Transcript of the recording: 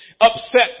upset